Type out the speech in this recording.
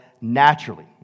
naturally